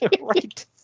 Right